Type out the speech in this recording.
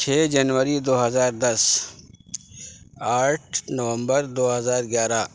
چھ جنوری دو ہزار دس آٹھ نومبر دو ہزار گیارہ